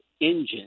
engine